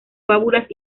fábulas